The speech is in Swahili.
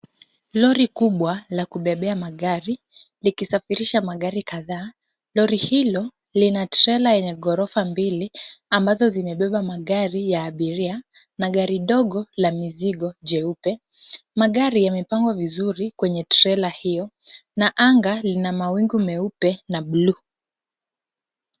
Lori kubwa la kubebea magari, likisafirisha magari kadhaa. Lori hilo lina trela yenye ghorofa mbili, ambazo zimebeba magari ya abiria na gari ndogo la mizigo njeupe. Magari yemepangwa vizuri kwenye trela hiyo na anga lina mawingu meupe na buluu.